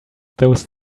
those